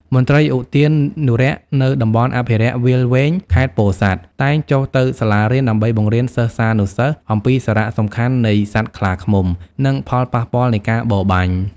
មន្ត្រីឧទ្យានុរក្សនៅ តំបន់អភិរក្សវាលវែង ខេត្តពោធិ៍សាត់ តែងចុះទៅសាលារៀនដើម្បីបង្រៀនសិស្សានុសិស្សអំពីសារៈសំខាន់នៃសត្វខ្លាឃ្មុំ និងផលប៉ះពាល់នៃការបរបាញ់។